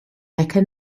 mecca